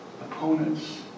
opponents